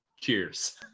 Cheers